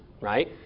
right